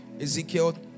Ezekiel